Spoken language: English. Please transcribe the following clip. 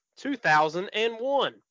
2001